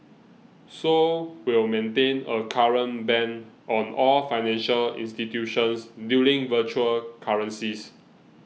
seoul will maintain a current ban on all financial institutions dealing virtual currencies